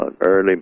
early